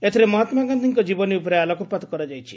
ଏଥିରେ ମହାତ୍କାଗାନ୍ଧିଙ୍କ ଜୀବନୀ ଉପରେ ଆଲୋକପାତ କରାଯାଇଛି